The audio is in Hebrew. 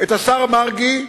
את השר מרגי,